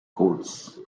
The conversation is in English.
courts